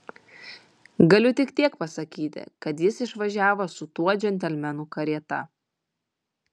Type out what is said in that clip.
galiu tik tiek pasakyti kad jis išvažiavo su tuo džentelmenu karieta